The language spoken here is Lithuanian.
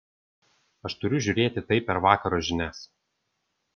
aš turiu žiūrėti tai per vakaro žinias